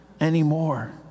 anymore